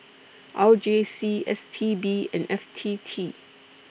R J C S T B and F T T